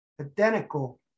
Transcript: identical